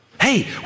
Hey